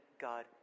God